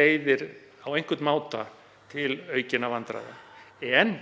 leiðir á einhvern máta til aukinna vandræða. En